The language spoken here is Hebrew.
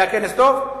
היה כנס טוב?